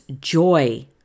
joy